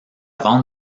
vente